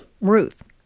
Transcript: Ruth